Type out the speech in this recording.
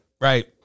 right